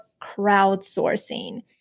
crowdsourcing